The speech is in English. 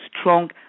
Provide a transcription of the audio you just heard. strong